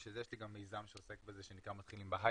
ובשביל זה יש לי גם מיזם שעוסק בזה שנקרא "מתחילים בהייטק"